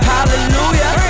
Hallelujah